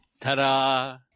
Ta-da